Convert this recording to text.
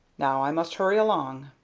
now i must hurry along.